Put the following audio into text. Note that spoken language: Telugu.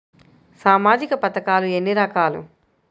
సామాజిక పథకాలు ఎన్ని రకాలు?